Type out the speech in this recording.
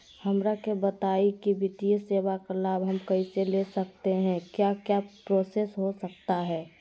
हमरा के बताइए की वित्तीय सेवा का लाभ हम कैसे ले सकते हैं क्या क्या प्रोसेस हो सकता है?